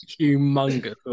humongous